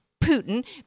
Putin